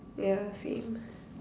ya same